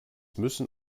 müssen